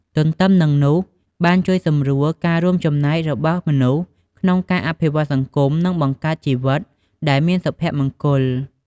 ទន្ទឹមនឹងនោះ បានជួយសម្រួលការរួមចំណែករបស់មនុស្សក្នុងការអភិវឌ្ឍសង្គម និងបង្កើតជីវិតដែលមានសុភមង្គល ។